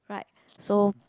right so